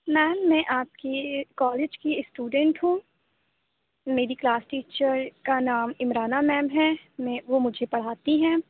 میم میں آپ کی کالج کی اسٹوڈنٹ ہوں میری کلاس ٹیچر کا نام عمرانہ میم ہے میں وہ مجھے پڑھاتی ہیں